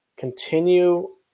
Continue